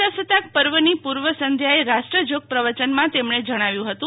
પ્રજાસત્તાક પર્વની પૂર્વ સંધ્યાએ રાષ્ટ્રજોગ પ્રવચનમાં તેમણે જણાવ્યું હતું